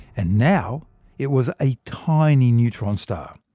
and now it was a tiny neutron star,